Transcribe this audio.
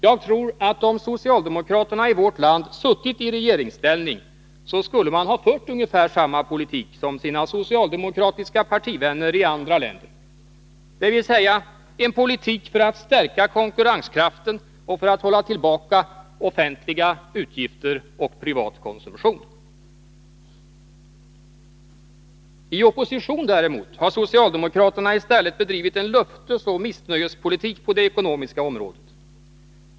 Jag tror att om socialdemokraterna i vårt land suttit i regeringsställning, så skulle de ha fört ungefär samma politik som sina socialdemokratiska partivänner i andra länder, dvs. en politik för att stärka konkurrenskraften och för att hålla tillbaka offentliga utgifter och privat konsumtion. I opposition däremot har socialdemokraterna i stället bedrivit en löftesoch missnöjespolitik på det ekonomiska området.